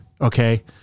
okay